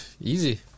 Easy